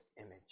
image